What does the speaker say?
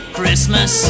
Christmas